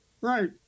Right